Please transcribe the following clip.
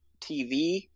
TV